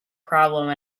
problem